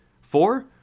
four